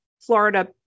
Florida